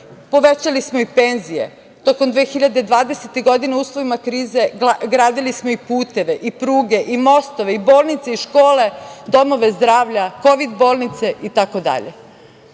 Povećali smo i penzije tokom 2020. godine. U uslovima krize gradili smo i puteve, pruge, mostove, bolnice, škole, domove zdravlja, kovid bolnice,